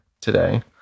today